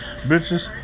bitches